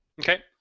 Okay